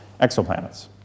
exoplanets